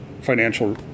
financial